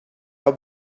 will